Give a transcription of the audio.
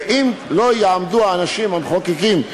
ואם לא יעמדו האנשים המחוקקים,